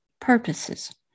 purposes